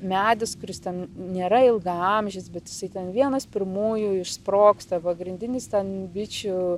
medis kuris ten nėra ilgaamžis bet jisai ten vienas pirmųjų išsprogsta pagrindinis ten bičių